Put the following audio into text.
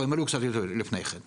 לא, הם עלו קצת יותר לפני כן.